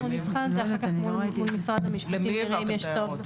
למי העברתם את ההערות?